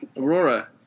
Aurora